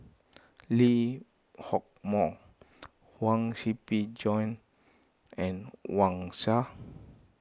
Lee Hock Moh Huang Shiqi Joan and Wang Sha